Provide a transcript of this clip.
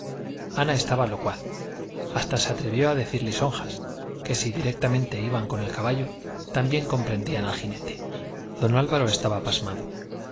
ana estaba locuaz hasta se atrevió a decir lisonjas que si directamente iban con el caballo también comprendían al jinete don álvaro estaba pasmado